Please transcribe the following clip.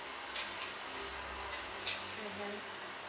mmhmm